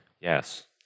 Yes